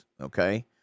Okay